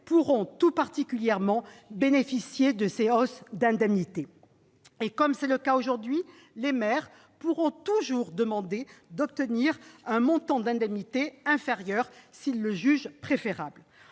pourront tout particulièrement bénéficier de ces hausses d'indemnités. Comme c'est déjà le cas aujourd'hui, les maires pourront toujours demander d'obtenir un montant d'indemnités inférieur s'ils le jugent préférable.